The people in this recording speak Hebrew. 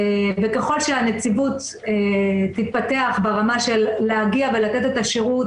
וככל שהנציבות תתפתח ברמה של להגיע ולתת את השירות